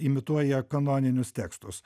imituoja kanoninius tekstus